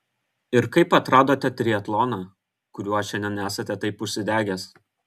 ir kaip atradote triatloną kuriuo šiandien esate taip užsidegęs